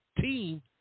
team